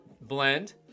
blend